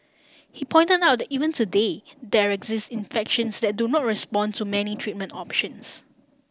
he point out that even today there exist infections that do not respond to many treatment options